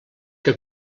que